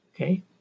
Okay